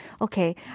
Okay